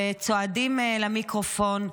וצועדים למיקרופון,